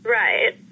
right